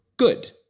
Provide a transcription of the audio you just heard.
Good